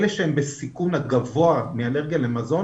אלה שהם בסיכון הגבוה מאלרגיה למזון